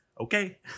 okay